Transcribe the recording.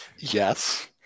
Yes